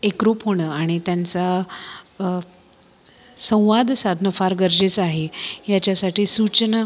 एकरूप होणं आणि त्यांचा संवाद साधणं फार गरजेचं आहे याच्यासाठी सूचना